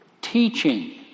Teaching